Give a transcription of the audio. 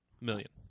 Million